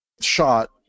shot